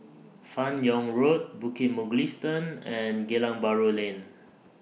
fan Yoong Road Bukit Mugliston and Geylang Bahru Lane